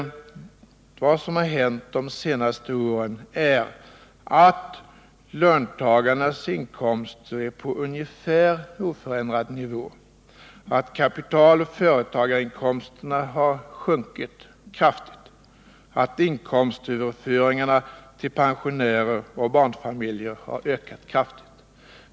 Vad som har hänt under de senaste åren är att löntagarnas inkomster ligger på ungefär oförändrad nivå, att kapitaloch företagarinkomsterna har sjunkit kraftigt, att inkomstöverföringarna till pensionärer och barnfamiljer har ökat kraftigt.